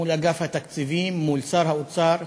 מול אגף התקציבים, מול שר האוצר,